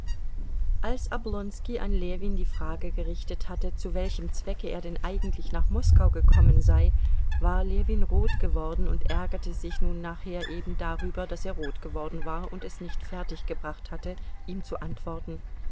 als oblonski an ljewin die frage gerichtet hatte zu welchem zwecke er denn eigentlich nach moskau gekommen sei war ljewin rot geworden und ärgerte sich nun nachher eben darüber daß er rot geworden war und es nicht fertiggebracht hatte ihm zu antworten